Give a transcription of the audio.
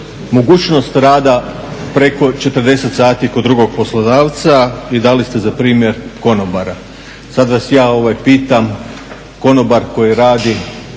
mogućnost rada preko 40 sati kod drugog poslodavca i dali ste za primjer konobara. Sada vas ja pitam, konobar koji radi